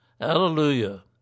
Hallelujah